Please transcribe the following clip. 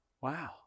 Wow